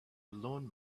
lawn